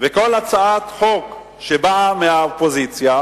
וכל הצעת חוק שבאה מהאופוזיציה,